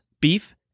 beef